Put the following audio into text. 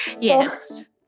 Yes